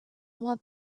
want